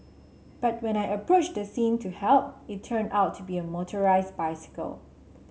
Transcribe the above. but when I approached the scene to help it turned out to be a motorised bicycle